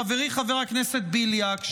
חברי חבר הכנסת בליאק,